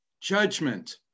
judgment